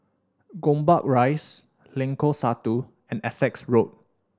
Gombak Rise Lengkok Satu and Essex Road